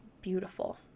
beautiful